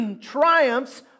triumphs